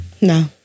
No